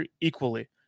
equally